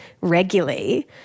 regularly